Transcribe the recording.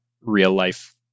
real-life